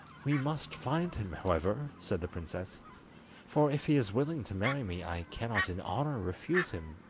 we must find him, however said the princess for if he is willing to marry me i cannot in honour refuse him,